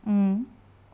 mm